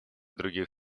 других